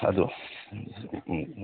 ꯑꯗꯨ ꯎꯝ